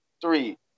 three